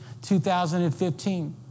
2015